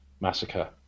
massacre